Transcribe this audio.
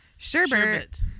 Sherbert